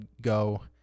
go